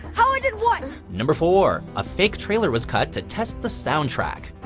how i did what? number four a fake trailer was cut to test the soundtrack.